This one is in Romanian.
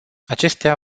acestea